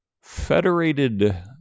federated